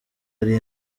ari